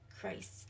Christ